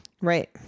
right